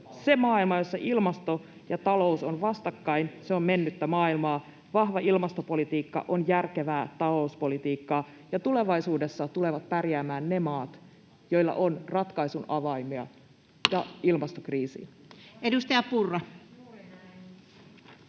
se maailma, jossa ilmasto ja talous ovat vastakkain, on mennyttä maailmaa. Vahva ilmastopolitiikka on järkevää talouspolitiikkaa, ja tulevaisuudessa tulevat pärjäämään ne maat, joilla on ratkaisun avaimia